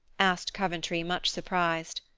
asked coventry, much surprised.